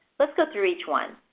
let's go through each one.